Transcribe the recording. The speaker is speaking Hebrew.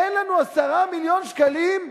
אין לנו 10 מיליון שקלים,